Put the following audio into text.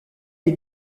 des